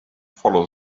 follow